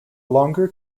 longer